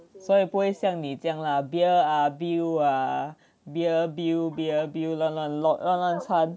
所以不会像你这样啦 beer ah bill ah beer bill beer bill 乱乱弄乱乱穿